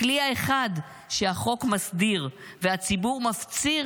הכלי האחד שהחוק מסדיר והציבור מפציר